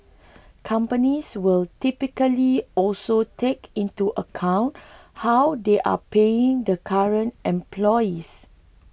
companies will typically also take into account how they are paying the current employees